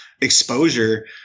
exposure